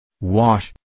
Wash